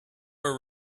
were